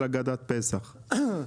ברשותך אדוני,